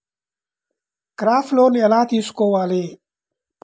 Crop loan ఎలా తీసుకోవాలి?